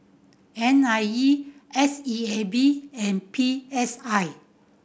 N I E S E A B and P S I